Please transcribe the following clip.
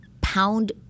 pound